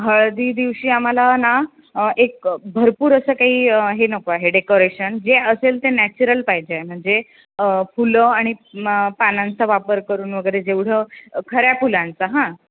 हळदी दिवशी आम्हाला ना एक भरपूर असं काही हे नको आहे डेकोरेशन जे असेल ते नॅचरल पाहिजे म्हणजे फुलं आणि पानांचा वापर करून वगैरे जेवढं खऱ्या फुलांचा हां